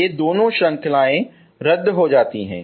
ये दोनों श्रृंखलाएं रद्द हो जाती हैं